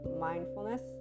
mindfulness